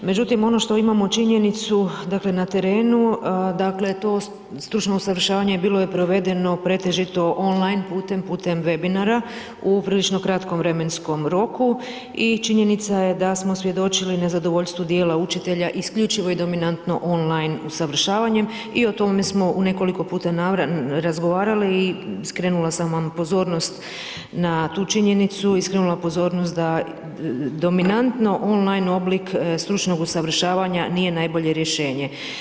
Međutim, ono što imamo činjenicu dakle na terenu, dakle to stručno usavršavanje bilo je provedeno pretežito on line putem, putem webinara u prilično kratkom vremenskom roku i činjenica je da smo svjedočili nezadovoljstvu dijela učitelja isključivo i dominantno on line usavršavanjem i o tome smo u nekoliko puta razgovarali i skrenula sam vam pozornost na tu činjenicu i skrenula pozornost da dominantno on line oblik stručnog usavršavanja nije najbolje rješenje.